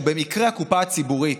שהוא במקרה הקופה הציבורית.